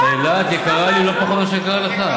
חלופה, אילת יקרה לי לא פחות מאשר היא יקרה לך.